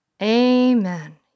Amen